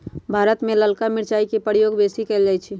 भारत में ललका मिरचाई के प्रयोग बेशी कएल जाइ छइ